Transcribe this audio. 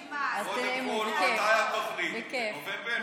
רשימה, קודם כול, מתי התוכנית, בנובמבר?